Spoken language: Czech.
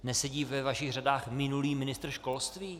Nesedí ve vašich řadách minulý ministr školství?